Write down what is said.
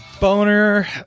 boner